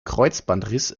kreuzbandriss